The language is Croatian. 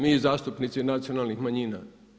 Mi zastupnici nacionalnih manjina.